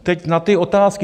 Teď na ty otázky.